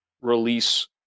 release